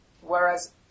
Whereas